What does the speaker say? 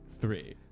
three